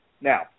Now